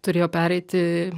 turėjo pereiti